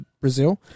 Brazil